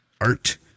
art